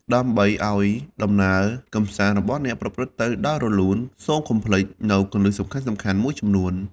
ដើម្បីឲ្យដំណើរកម្សាន្តរបស់អ្នកប្រព្រឹត្តទៅដោយរលូន សូមកុំភ្លេចនូវគន្លឹះសំខាន់ៗមួយចំនួន។